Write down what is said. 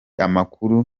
amakuru